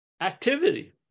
activity